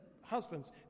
husbands